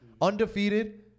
Undefeated